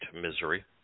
misery